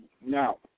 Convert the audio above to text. now